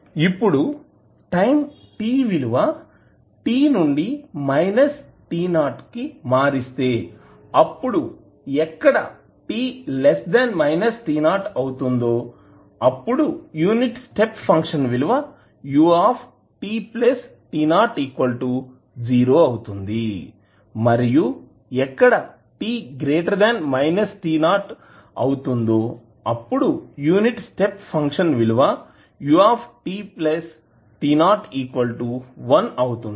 ఇప్పుడు time t విలువ t నుండి t 0 కి మారిస్తే అప్పుడు ఎక్కడ t t 0 అవుతుందో అప్పుడు యూనిట్ స్టెప్ ఫంక్షన్ విలువ u t t 0 0 అవుతుంది మరియు ఎక్కడ t t 0 అవుతుందో అప్పుడు యూనిట్ స్టెప్ ఫంక్షన్ విలువ u t t 0 1అవుతుంది